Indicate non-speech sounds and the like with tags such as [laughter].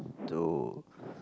[noise] to [noise]